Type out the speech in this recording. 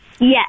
Yes